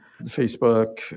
Facebook